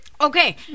Okay